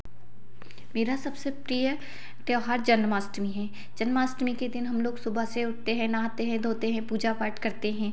मेरा सबसे प्रिय त्योहार जन्माष्टमी है जन्माष्टमी के दिन हम लोग सुबह से उठते हैं नहाते हैं धोते हैं पूजा पाठ करते हैं